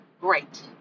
great